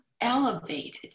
elevated